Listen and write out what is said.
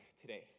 today